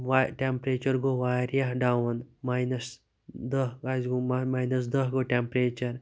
temperature گوٚو وارِیاہ down minus دَہ آسہِ گوٚمُت مَینَس دَہ گوٚو ٹمپیچَر